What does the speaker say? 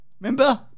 Remember